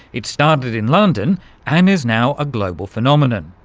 it started in london and is now a global phenomenon,